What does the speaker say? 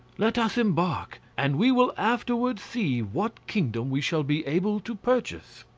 let us embark, and we will afterwards see what kingdom we shall be able to purchase.